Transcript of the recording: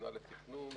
מינהל התכנון,